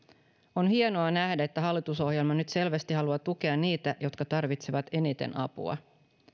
on hienoa nähdä että hallitusohjelma nyt selvästi haluaa tukea niitä jotka tarvitsevat eniten apua